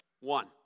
One